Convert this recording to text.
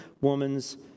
woman's